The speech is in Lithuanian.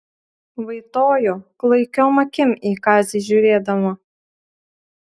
vaitojo klaikiom akim į kazį žiūrėdama